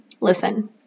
listen